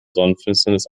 sonnenfinsternis